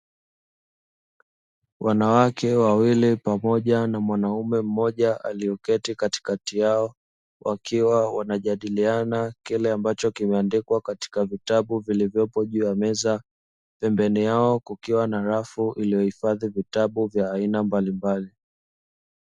Wanawake wa wili pamoja na mwanaume mmoja aliyeketi katikati yao, wakiwa wanajadiliana kile ambacho kimeandikwa katika vitabu vilivyopo juu ya meza; pembeni yao kukiwa na rafu iliyohifadhi vitabu vya aina mbalimbali.